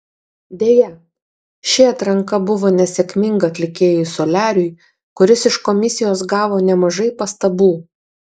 deja ši atranka buvo nesėkminga atlikėjui soliariui kuris iš komisijos gavo nemažai pastabų